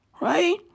right